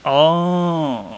orh